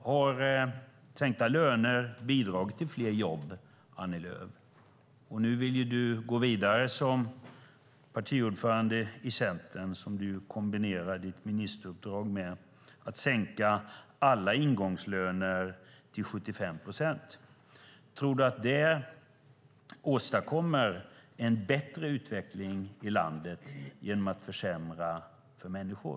Har sänkta löner bidragit till fler jobb, Annie Lööf? Nu vill du gå vidare som partiordförande i Centern, som du kombinerar ditt ministeruppdrag med, med att sänka alla ingångslöner till 75 procent. Tror du att man åstadkommer en bättre utveckling i landet genom att försämra för människor?